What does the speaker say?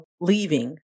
leaving